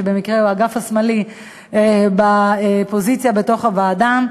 שבמקרה הוא האגף השמאלי בפוזיציה בתוך הוועדה.